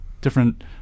different